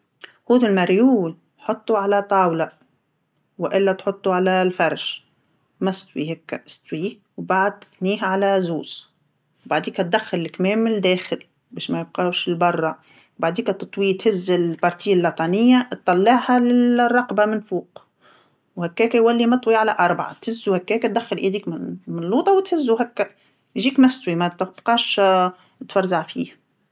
خوذ الماريو حطو على طاوله، وإلا تحطو على ال- الفرش، مستوي هكا استويه، بعد اثنيه على زوز، بعديكا دخل الكمام الداخل، باش مايبقاوش لبرا، بعديكا تطوي تهز الجزء اللطانيه تطلعها ل-للرقبه من الفوق، وهكاكا يولي مطوي على أربعه، تهزو هكاكا دخل ايديك من ال- اللوطا وتهزو هكا، يجيك مستوي ماتبقاش تفرزع فيه.